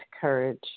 courage